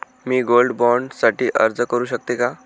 मी gold bond साठी अर्ज करु शकते का?